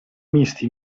misti